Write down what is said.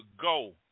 go